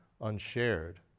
unshared